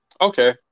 Okay